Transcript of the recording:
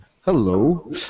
Hello